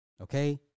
Okay